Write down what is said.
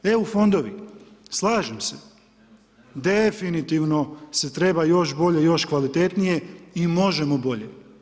EU fondovi, slažem se, definitivno se treba još bolje i još kvalitetnije i možemo bolje.